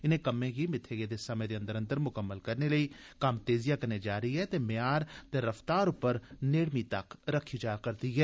इनें कम्में गी मित्थे गेदे समें दे अंदर अंदर मुकम्मल करने लेई कम्म तेजिया नै जारी ऐ ते एह्दे म्यार ते रफ्तार पर नेड़मी तक्क रक्खी जा'रदी ऐ